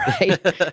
right